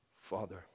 Father